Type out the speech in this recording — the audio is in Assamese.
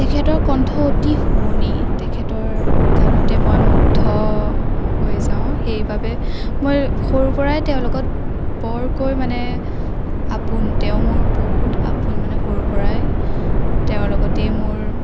তেখেতৰ কণ্ঠ অতি শুৱনি তেখেতৰ গানতেই মই মুগ্ধ হৈ যাওঁ সেইবাবে মই সৰুৰ পৰাই তেওঁৰ লগত বৰকৈ মানে আপোন তেওঁ মোৰ বহুত আপোন মানে সৰুৰ পৰাই তেওঁৰ লগতেই মোৰ